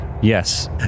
Yes